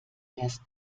erst